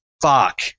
fuck